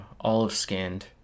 Olive-skinned